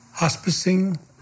Hospicing